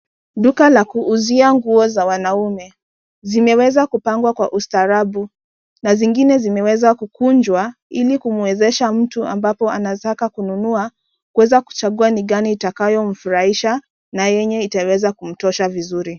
Duka la kuuzia nguo za wanaume. Zimeweza kupangwa kwa ustaarabu na zingine zimeweza kukunjwa ili kumwezesha mtu ambapo anataka kununua kuweza kuchagua ni gani itakayo mfurahisha na yenye itaweza kumtosha vizuri.